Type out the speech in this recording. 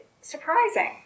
surprising